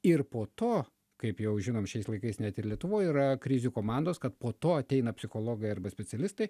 ir po to kaip jau žinom šiais laikais net ir lietuvoj yra krizių komandos kad po to ateina psichologai arba specialistai